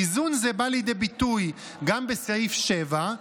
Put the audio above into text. איזון זה בא לידי ביטוי גם בסעיף 7,